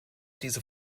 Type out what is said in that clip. diese